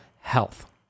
health